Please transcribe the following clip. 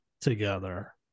together